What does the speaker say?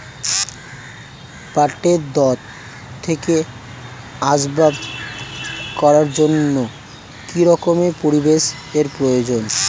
পাটের দণ্ড থেকে আসবাব করার জন্য কি রকম পরিবেশ এর প্রয়োজন?